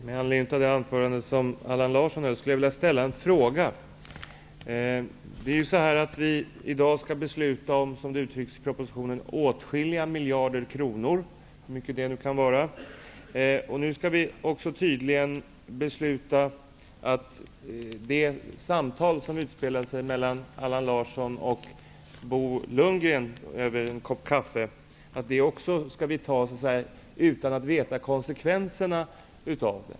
Herr talman! Med anledning av Allan Larssons anförande skulle jag vilja ställa en fråga. Vi skall i dag besluta om -- som det uttrycks i propositionen -- åtskilliga miljarder kronor, hur mycket det nu kan vara. Vi skall tydligen också fatta ett beslut på grundval av innehållet i det samtal som utspelade sig mellan Allan Larsson och Bo Lundgren över en kopp kaffe utan att vi vet konsekvenserna av vad vi beslutar om.